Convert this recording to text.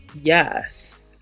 Yes